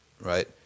right